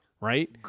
right